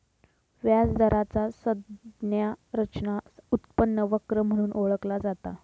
व्याज दराचा संज्ञा रचना उत्पन्न वक्र म्हणून ओळखला जाता